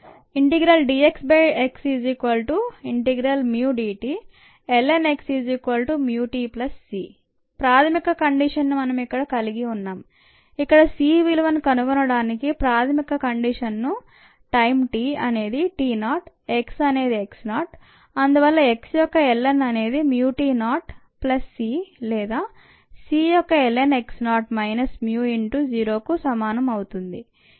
dxxμdt ln x μtc ప్రాథమిక condition ని మనం ఇక్కడ కలిగి ఉన్నాం ఇక్కడ c విలువను కొనుగొనడానికి ప్రాథమిక కండిషన్ను టైం t అనేది t 0 x అనేది x 0 అందువల్ల x యొక్క ln అనేదిmu t 0 ప్లస్ c లేదా c యొక్క ln x 0 minus mu into 0కు సమానం అవుతుంది